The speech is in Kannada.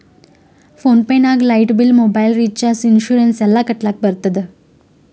ಫೋನ್ ಪೇ ನಾಗ್ light bill, mobile recharge, insurance ಎಲ್ಲಾ ಕಟ್ಟಲಕ್ ಬರ್ತುದ್